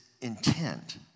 intent